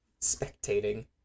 spectating